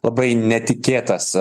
labai netikėtas